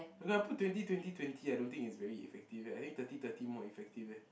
when I put twenty twenty twenty I don't think it's very effective eh I think thirty thirty more effective eh